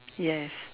yes